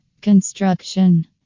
Construction